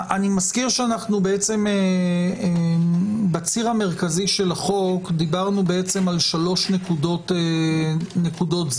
אזכיר שאנו בציר המרכזי של החוק דיברנו על שלוש נקודות זמן.